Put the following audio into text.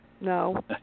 no